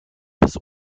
bis